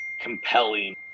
compelling